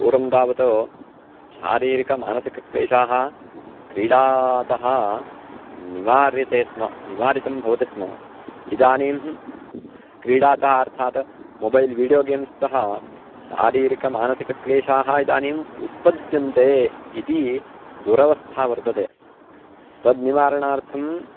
पूर्वं तावत् शारीरिकमानसिकक्लेशाः क्रीडातः निवार्यन्ते स्म निवारितं भवति स्म इदानीं क्रीडातः अर्थात् मोबैल् वीडियो गेम्स् तः शारीरिकमानसिकक्लेशाः इदानीम् उत्पद्यन्ते इति दुरवस्था वर्तते तद् निवारणार्थम्